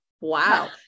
wow